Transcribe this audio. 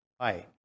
Hi